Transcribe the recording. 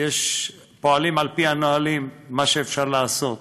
פועלים על-פי הנהלים, מה שאפשר לעשות,